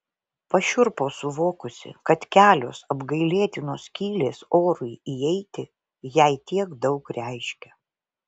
pašiurpo suvokusi kad kelios apgailėtinos skylės orui įeiti jai tiek daug reiškia